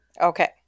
Okay